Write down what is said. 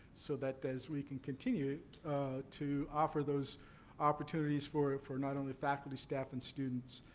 so that as we can continue to offer those opportunities for for not only faculty, staff, and students.